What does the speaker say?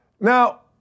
Now